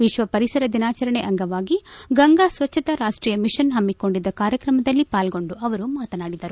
ವಿಶ್ವಪರಿಸರ ದಿನಾಚರಣೆ ಅಂಗವಾಗಿ ಗಂಗಾ ಸ್ವಚ್ಚಕಾ ರಾಷ್ಟಿಯ ಮಿಷನ್ ಹಮ್ಮಕೊಂಡಿದ್ದ ಕಾರ್ಯಕ್ರಮದಲ್ಲಿ ಪಾಲ್ಗೊಂಡು ಮಾತನಾಡಿದರು